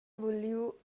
vuliu